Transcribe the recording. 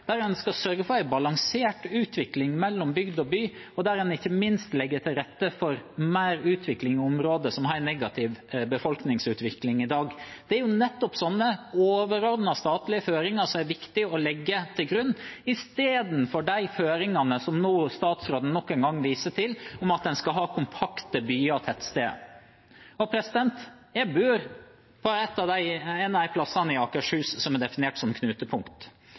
der en skal sørge for en balansert utvikling mellom bygd og by, og der en ikke minst legger til rette for mer utvikling i områder som har en negativ befolkningsutvikling i dag. Det er nettopp sånne overordnede statlige føringer som det er viktig å legge til grunn, istedenfor de føringene som statsråden nå nok en gang viste til, om at en skal ha kompakte byer og tettsteder. Jeg bor på et av de stedene i Akershus som er definert som knutepunkt